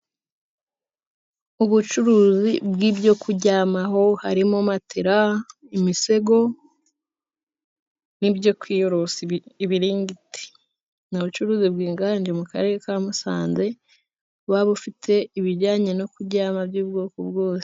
Ubucuruzi bw'ibyo kuryamaho harimo matela, imisego n'ibyo kwiyorosa ibiringiti. Ni ubucuruzi bwiganje mu karere ka Musanze, buba bufite ibijyanye no kuryama by'ubwoko bwose.